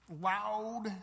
loud